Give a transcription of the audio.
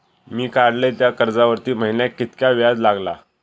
मी काडलय त्या कर्जावरती महिन्याक कीतक्या व्याज लागला?